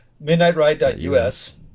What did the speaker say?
MidnightRide.us